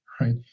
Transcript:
right